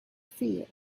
feel